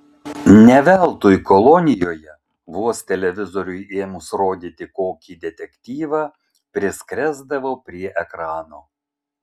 ne veltui kolonijoje vos televizoriui ėmus rodyti kokį detektyvą priskresdavo prie ekrano